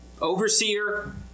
overseer